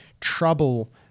trouble